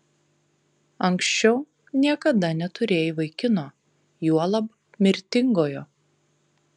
anksčiau niekada neturėjai vaikino juolab mirtingojo